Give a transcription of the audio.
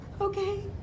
okay